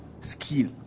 skill